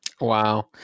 Wow